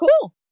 cool